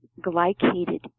glycated